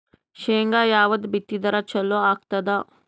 ಶೇಂಗಾ ಯಾವದ್ ಬಿತ್ತಿದರ ಚಲೋ ಆಗತದ?